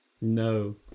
No